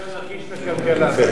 עכשיו נרגיש את הכלכלה.